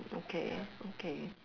okay okay